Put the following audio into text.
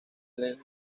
lenin